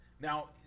now